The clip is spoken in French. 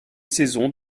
saison